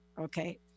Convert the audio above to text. okay